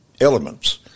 elements